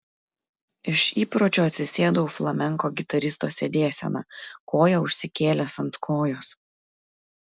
iš įpročio atsisėdau flamenko gitaristo sėdėsena koją užsikėlęs ant kojos